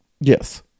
Yes